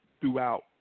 throughout